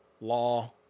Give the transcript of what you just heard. law